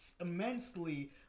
immensely